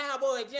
Cowboy